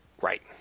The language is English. Right